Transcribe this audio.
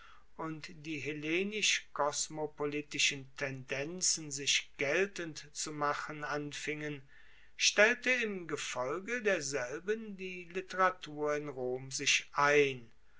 und die hellenisch kosmopolitischen tendenzen sich geltend zu machen anfingen stellte im gefolge derselben die literatur in rom sich ein